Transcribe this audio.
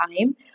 time